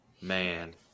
man